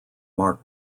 mark